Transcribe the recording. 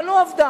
אבל לא עבדה,